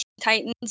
Titans